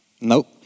Nope